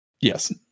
Yes